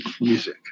music